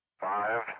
Five